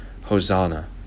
Hosanna